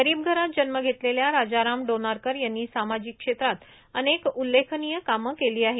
गरीब घरात जन्म घेतलेल्या राजाराम डोनारकर यांनी सामाजिक क्षेत्रात अनेक उल्लेखनीय कामे केली आहेत